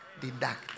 deduct